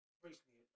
Recently